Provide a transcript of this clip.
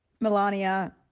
Melania